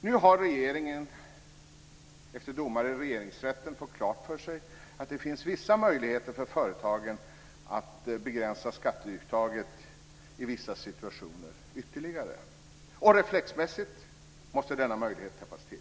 Nu har regeringen efter domar i Regeringsrätten fått klart för sig att det finns vissa möjligheter för företagen att ytterligare begränsa skatteuttaget i vissa situationer. Reflexmässigt måste denna möjlighet täppas till.